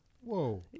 Whoa